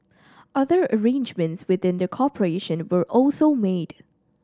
other arrangements within the corporation were also made